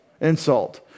Insult